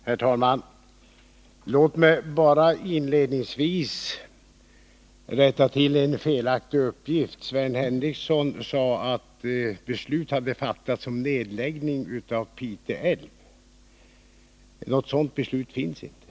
Herr talman! Låt mig inledningsvis rätta till en felaktig uppgift. Sven Henricsson sade att beslut hade fattats om nedläggning av flottningen i Pite älv. Något sådant beslut finns inte.